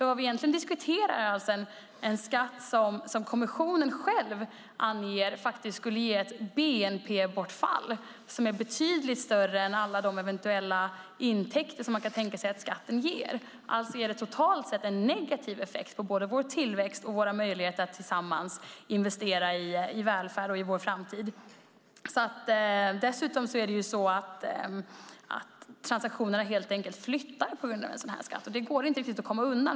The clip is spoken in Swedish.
Vad vi diskuterar är en skatt som kommissionen själv anger skulle ge ett bnp-bortfall som är betydligt större än alla de eventuella intäkter som man kan tänka sig att skatten ger. Alltså är det totalt sett en negativ effekt på både vår tillväxt och våra möjligheter att tillsammans investera i välfärd och i vår framtid. Dessutom kommer transaktionerna helt enkelt att flytta på grund av en sådan skatt. Det går inte riktigt att komma undan.